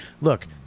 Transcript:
look